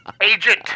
Agent